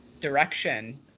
direction